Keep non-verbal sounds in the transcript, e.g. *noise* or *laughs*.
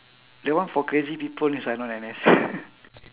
that one for crazy people they sign on N_S *laughs*